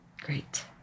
Great